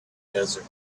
desert